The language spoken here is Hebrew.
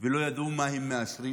ולא ידעו מה הם מאשרים?